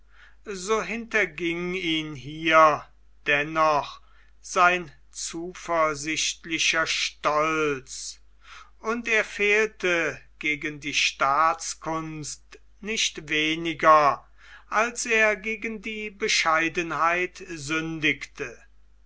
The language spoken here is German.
so hinterging ihn hier dennoch sein zuversichtlicher stolz und er fehlte gegen die staatskunst nicht weniger als er gegen die bescheidenheit sündigte